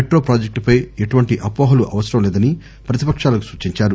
metro పాజెక్టుపై ఎటువంటి అపోహలు అవసరం లేదని పతిపక్షాలకు సూచించారు